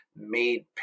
made